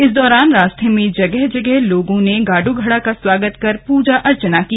इस दौरान रास्ते में जगह जगह लोगों ने गाड़ घड़ा का स्वागत कर पूजा अर्चना की